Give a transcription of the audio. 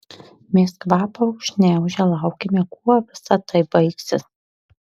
mes kvapą užgniaužę laukėme kuo visa tai baigsis